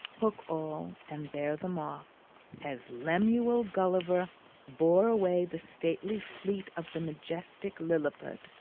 hook all and bear them off as lemuel gulliver bore away the stately fleet of the majestic lilliput.